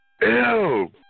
Ew